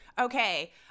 Okay